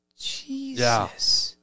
Jesus